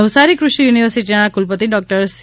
નવસારી કૃષિ યુનિવર્સિટીના કુલપતિ ડોક્ટર સી